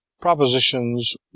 Propositions